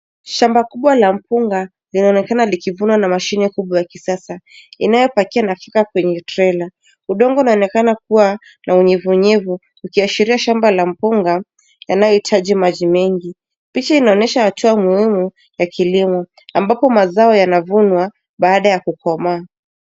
Shamba kubwa la mpunga, linaonekana likivunwa na mashine kubwa ya kisasa, inayopakia na kueka kwenye trela. Udongo unaonekana kua na unyevu unyevu, ukiashiria shamba la mpunga yanayohitaji maji mengi. Picha inaonyesha hatua muhimu ya kilimo, ambapo mazao yanavunwa, baada ya kukomaa.